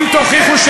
אם תוכיחו,